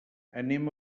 anem